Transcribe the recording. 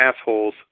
assholes